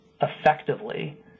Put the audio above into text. effectively